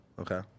okay